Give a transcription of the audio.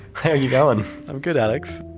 how're you going? i'm good alex,